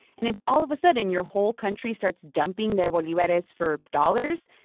and if all of a sudden your whole country starts dumping their bolivares for dollars,